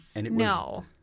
No